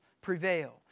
prevail